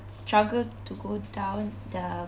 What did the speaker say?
struggle to go down the